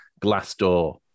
Glassdoor